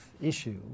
issue